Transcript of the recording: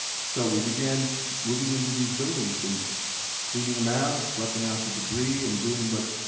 so we began moving into these buildings and cleaning them out, schlepping out the debris, and doing what,